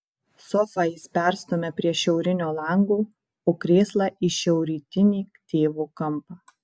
sofą jis perstumia prie šiaurinio lango o krėslą į šiaurrytinį tėvo kampą